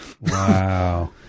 Wow